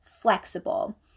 flexible